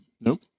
Nope